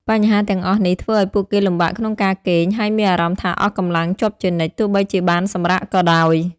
បញ្ហាទាំងអស់នេះ ធ្វើអោយពួកគេលំបាកក្នុងការគេង ហើយមានអារម្មណ៍ថាអស់កម្លាំងជាប់ជានិច្ច ទោះបីជាបានសម្រាកក៏ដោយ។